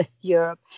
Europe